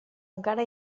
encara